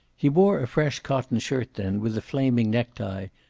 he wore a fresh cotton shirt then, with a flaming necktie,